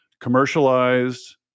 commercialized